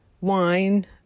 wine